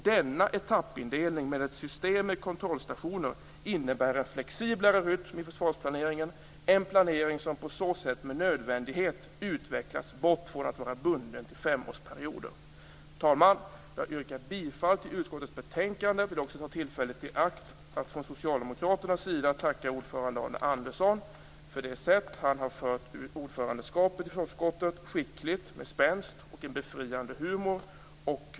Denna etappindelning, med ett system med kontrollstationer, inenbär en flexiblare rytm i försvarsplaneringen - en planering som på så sätt med nödvändighet utvecklas bort från att vara bunden till femårsperioder. Fru talman! Jag yrkar bifall till hemställan i utskottets betänkande. Jag vill också ta tillfället i akt att från Socialdemokraternas sida tacka ordföranden Arne Andersson för det sätt på vilket han har fört ordförandeskapet i utskottet - skickligt, med spänst och en befriande humor.